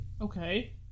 Okay